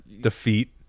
defeat